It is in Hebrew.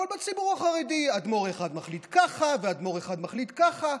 אבל בציבור החרדי אדמו"ר אחד מחליט ככה ואדמו"ר אחד מחליט ככה,